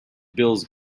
bills